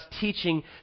teaching